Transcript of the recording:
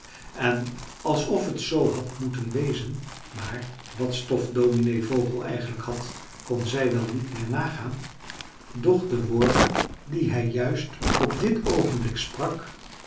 en alsof het zoo had moeten wezen maar wat stof dominee vogel eigenlijk had kon zij wel niet meer nagaan doch de woorden die hij juist op dit oogenblik sprak